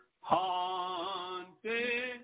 Haunted